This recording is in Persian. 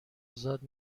ازاد